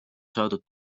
saadud